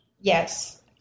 Yes